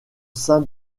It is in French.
sein